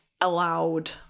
allowed